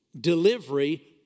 delivery